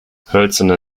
hölzerne